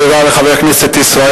תודה לחבר הכנסת ישראל